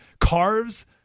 Carves